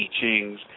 teachings